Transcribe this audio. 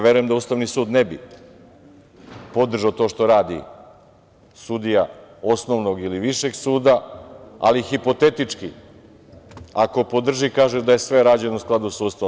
Verujem da Ustavni sud ne bi podržao to što radi sudija osnovnog ili višeg suda, ali hipotetički ako podrži, kaže da je sve rađeno u skladu sa Ustavom.